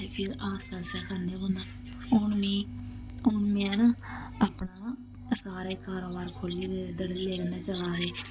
ते फिर आस्ता आस्ता करना पौंदा हून मी हून में ना अपना सारे कारोबार खोह्लियै धड़ल्ले कन्नै चला दे